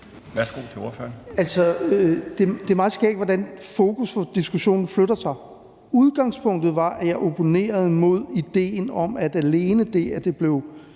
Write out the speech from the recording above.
Søren Søndergaard (EL): Det er meget skægt, hvordan fokus for diskussionen flytter sig. Udgangspunktet var, at jeg opponerede mod idéen om, at det, alene ved